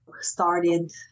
started